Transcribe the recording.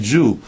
Jew